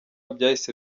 byahise